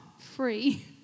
free